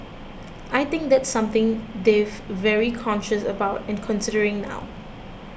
I think that's something they've very conscious about and considering now